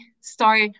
start